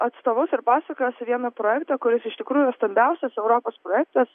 atstovus ir pasakos vieną projektą kuris iš tikrųjų stambiausias europos projektas